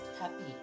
happy